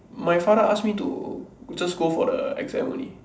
my father ask me to just go for the exam only